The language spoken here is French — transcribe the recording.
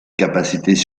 capacités